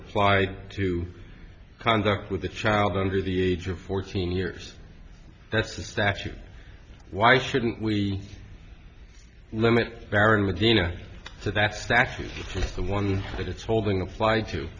apply to conduct with a child under the age of fourteen years that's the statute why shouldn't we limit our latino so that's that's the one that it's holding applied to